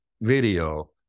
video